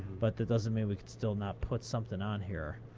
but that doesn't mean we could still not put something on here.